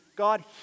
God